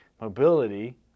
mobility